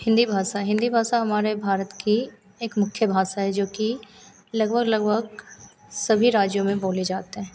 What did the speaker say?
हिन्दी भाषा हिन्दी भाषा हमारे भारत की एक मुख्य भाषा है जोकि लगभग लगभग सभी राज्यों में बोली जाती है